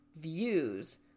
views